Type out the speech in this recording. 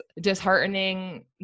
disheartening